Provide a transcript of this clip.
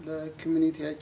the community